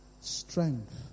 strength